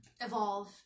evolve